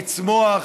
לצמוח,